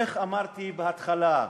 איך אמרתי בהתחלה?